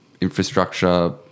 infrastructure